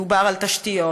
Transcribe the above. דובר על תשתיות,